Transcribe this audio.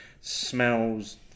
smells